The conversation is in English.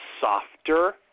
softer